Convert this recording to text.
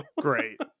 Great